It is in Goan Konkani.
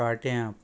काट्यां